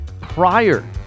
prior